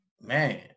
man